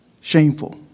Shameful